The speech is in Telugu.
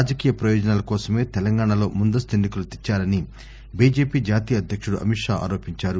రాజకీయ ప్రయోజనాల కోసమే తెలంగాణ లో ముందస్తు ఎన్ని కలు తెచ్చారని బిజెపి న్ జాతీయ అధ్యకుడు అమిత్ షా ఆరోపించారు